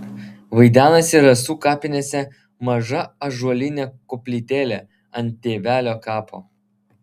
vaidenasi rasų kapinėse maža ąžuolinė koplytėlė ant tėvelio kapo